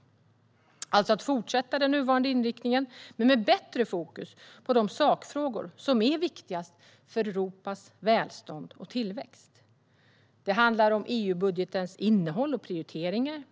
Det gäller alltså att fortsätta den nuvarande inriktningen, men med bättre fokus på de sakfrågor som är viktigast för Europas välstånd och tillväxt. Det handlar om EU-budgetens innehåll och prioriteringar,